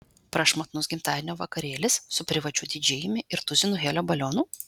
prašmatnus gimtadienio vakarėlis su privačiu didžėjumi ir tuzinu helio balionų